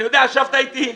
אני יודע שישבת איתי.